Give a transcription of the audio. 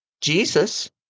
Jesus